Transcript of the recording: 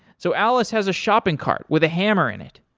so alice has a shopping cart with a hammer in it.